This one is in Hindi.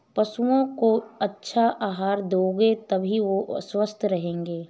पशुओं को अच्छा आहार दोगे तभी वो स्वस्थ रहेंगे